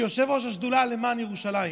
כיושב-ראש השדולה למען ירושלים,